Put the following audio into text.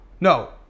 No